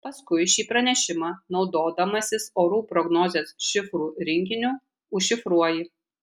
paskui šį pranešimą naudodamasis orų prognozės šifrų rinkiniu užšifruoji